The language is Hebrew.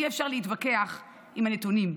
אי-אפשר להתווכח עם הנתונים,